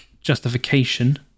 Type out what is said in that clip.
justification